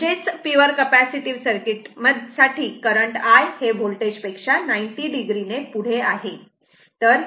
म्हणजेच pure capacitive circuit साठी current I हे वोल्टेज V पेक्षा 90 0 पुढे आहे